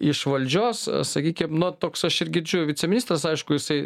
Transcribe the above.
iš valdžios sakykim nu toks aš ir girdžiu viceministras aišku jisai